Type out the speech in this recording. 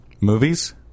Movies